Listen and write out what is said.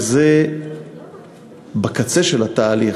זה בקצה של התהליך,